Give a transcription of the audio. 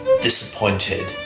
disappointed